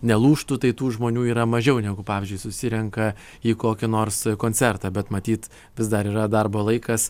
nelūžtų tai tų žmonių yra mažiau negu pavyzdžiui susirenka į kokį nors koncertą bet matyt vis dar yra darbo laikas